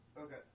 Okay